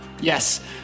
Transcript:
Yes